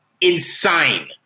insane